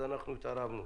אז אנחנו התערבנו.